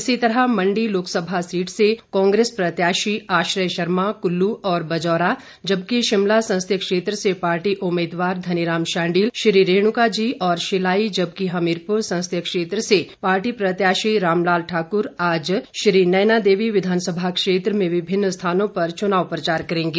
इसी तरह मंडी लोकसभा सीट से कांग्रेस प्रत्याशी आश्रय शर्मा कुल्लू और बजौरा जबकि शिमला संसदीय क्षेत्र से पार्टी उम्मीदवार धनी राम शांडिल श्री रेणुका जी और शिलाई जबकि हमीरपुर संसदीय क्षेत्र से पार्टी प्रत्याशी रामलाल ठाकुर आज श्री नैना देवी विधानसभा क्षेत्र में विभिन्न स्थानों पर चुनाव प्रचार करेंगे